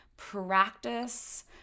practice